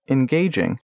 Engaging